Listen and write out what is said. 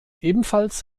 ebenfalls